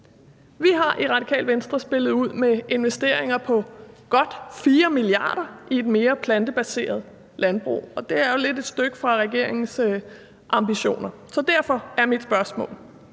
Vi har i Radikale Venstre spillet ud med investeringer på godt 4 mia. kr. i et mere plantebaseret landbrug, og det er jo lidt et stykke fra regeringens ambitioner. Så derfor er mit spørgsmål: